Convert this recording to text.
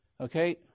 okay